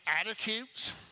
attitudes